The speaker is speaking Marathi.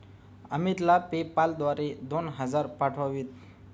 अमितला पेपाल द्वारे दोन हजार पाठवावेत